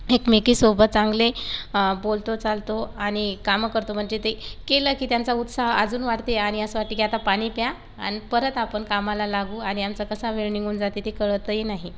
एकमेकीसोबत चांगले बोलतो चालतो आणि कामं करतो म्हणजे ते केलं की त्याचा उत्साह अजून वाढते आणि असं वाटते की आता पाणी प्या आणि परत आपण कामाला लागू आणि आमचा कसा वेळ निघून जाते ते कळतही नाही